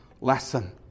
lesson